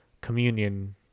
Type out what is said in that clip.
communion